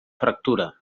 fractura